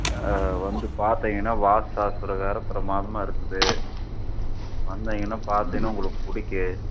வந்து பார்த்தீங்கன்னா வாஸ்து சாஸ்திர பிரகாரம் பிரமாதமாக இருக்குது வந்திங்கன்னால் பார்த்தீங்கன்னா உங்களுக்கு பிடிக்கும்